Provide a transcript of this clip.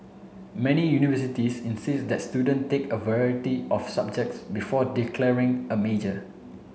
many universities insist that student take a variety of subjects before declaring a major